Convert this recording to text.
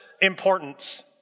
importance